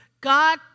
God